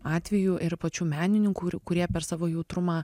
atvejų ir pačių menininkų kurie per savo jautrumą